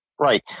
Right